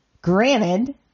Granted